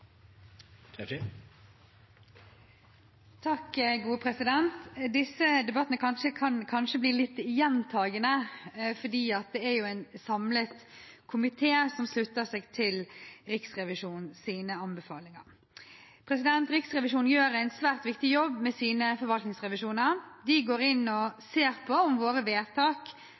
en samlet komité som slutter seg til Riksrevisjonens anbefalinger. Riksrevisjonen gjør en svært viktig jobb med sine forvaltningsrevisjoner. De går inn og ser på om våre vedtak